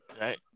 Right